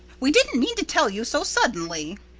we didn't mean to tell you so suddenly.